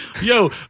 Yo